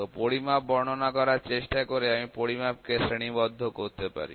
তো পরিমাপ বর্ণনা করার চেষ্টা করে আমি পরিমাপ কে শ্রেণীবদ্ধ করতে পারি